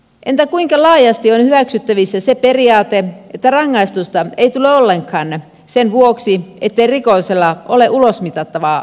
entä kuinka laajasti on hyväksyttävissä se periaate että rangaistusta ei tule ollenkaan sen vuoksi ettei rikollisella ole ulosmitattavaa varallisuutta